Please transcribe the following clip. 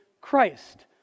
Christ